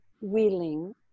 willing